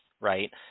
right